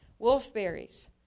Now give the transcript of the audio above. Wolfberries